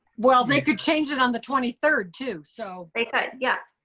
well, they could change it on the twenty third too so. they could, yeah.